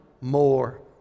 more